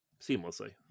seamlessly